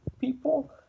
people